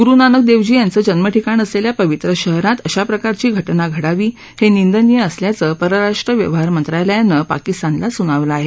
ग्रु नानक देवजी यांचं जन्मठिकाण असलेल्या पवित्र शहरात अशा प्रकारची घटना घडावी हे निंदनीय असल्याचं परराष्ट्र व्यवहार मंत्रालयानं पाकिस्तानला सुनावलं आहे